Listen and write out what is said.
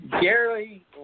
Gary